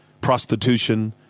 prostitution